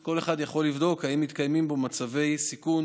כל אחד יכול לבדוק אם מתקיימים מצבי סיכון